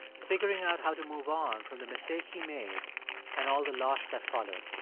figuring out how to move on from the mistake he made and all the loss that followed.